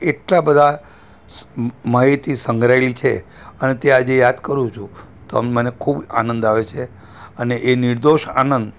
એટલા બધા સ માહિતી સંગ્રહાએલી છે અને તે આજે યાદ કરું છું તો મને ખૂબ આનંદ આવે છે અને એ નિર્દોષ આનંદ